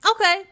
Okay